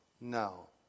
No